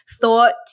thought